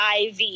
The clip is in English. IV